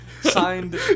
signed